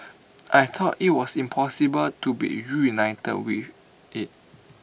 I thought IT was impossible to be reunited with IT